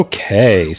Okay